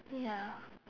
ya